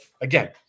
again